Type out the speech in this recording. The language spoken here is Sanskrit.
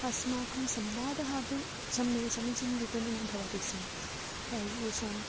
अस्माकं संवादः अपि सम् समीचीनरूपेण न भवति स्म येषाम्